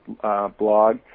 blog